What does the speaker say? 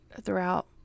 throughout